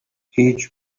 هیچ